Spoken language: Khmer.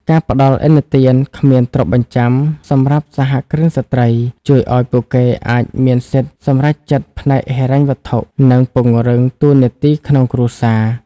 ការផ្ដល់ "ឥណទានគ្មានទ្រព្យបញ្ចាំ" សម្រាប់សហគ្រិនស្រ្តី ជួយឱ្យពួកគេអាចមានសិទ្ធិសម្រេចចិត្តផ្នែកហិរញ្ញវត្ថុ និងពង្រឹងតួនាទីក្នុងគ្រួសារ។